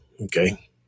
Okay